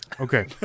Okay